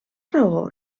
raó